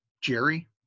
Jerry